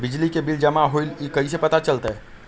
बिजली के बिल जमा होईल ई कैसे पता चलतै?